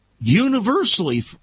universally